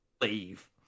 leave